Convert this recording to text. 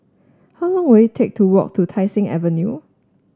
how long will it take to walk to Tai Seng Avenue